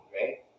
right